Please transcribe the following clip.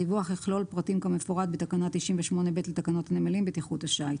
הדיווח יכלול פרטים כמפורט בתקנה 98(ב) לתקנות הנמלים בטיחות השיט.